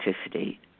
authenticity